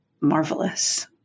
marvelous